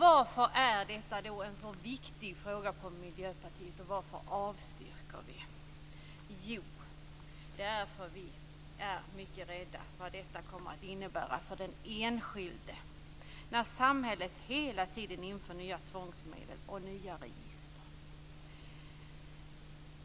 Varför är då detta en så viktig fråga för Miljöpartiet, och varför avstyrker vi? Jo, vi är mycket rädda för vad det kommer att innebära för den enskilde när samhället hela tiden inför nya tvångsmedel och nya register.